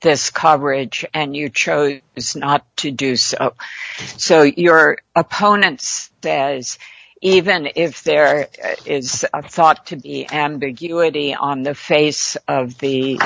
this coverage and you chose not to do so so your opponents even if there is a thought to be ambiguity on the face of the